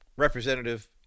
Representative